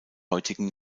heutigen